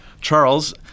Charles